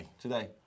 Today